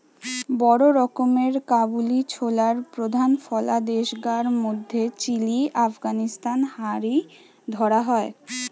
বড় রকমের কাবুলি ছোলার প্রধান ফলা দেশগার মধ্যে চিলি, আফগানিস্তান হারি ধরা হয়